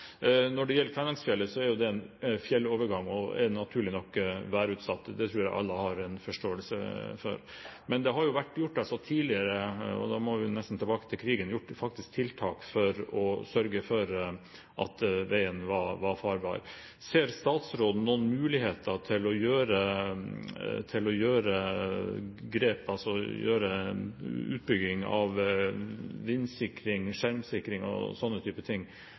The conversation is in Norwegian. Når det gjelder Kvænangsfjellet, er jo det en fjellovergang og er naturlig nok værutsatt. Det tror jeg alle har forståelse for. Men det har jo tidligere – og da må vi nesten tilbake til krigen – vært gjort tiltak for at veien skulle være farbar. Ser statsråden noen muligheter til å ta grep, som utbygging av vindsikring, skjermsikring og den type ting,